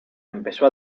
empezó